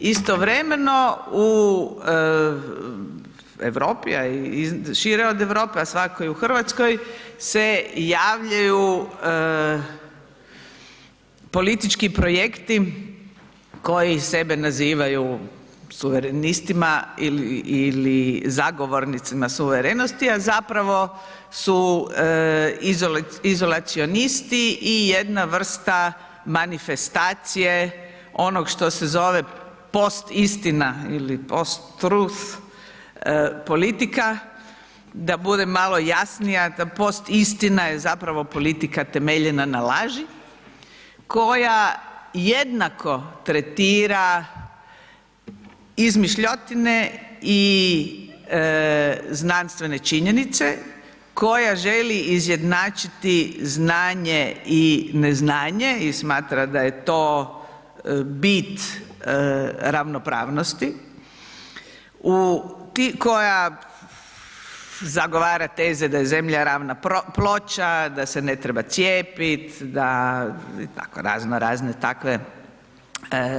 Istovremeno u Europi a i šire od Europe a svakako i u Hrvatskoj se javljaju politički projekti koji sebe nazivaju suverenistima ili zagovornicima suverenosti a zapravo su izolacionisti i jedna vrsta manifestacije onog što se zove post istina ili post trust politika, da budem malo jasnija, post istina je zapravo politika temeljena na laži koja jednako tretira izmišljotine i znanstvene činjenice, koja žele izjednačiti znanje i neznanje i smatra da je to bit ravnopravnosti, koja zagovara teze da je zemlja ravna ploča, da se ne treba cijepiti da, i tako razno razne teze.